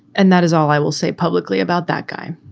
and that is all i will say publicly about that guy.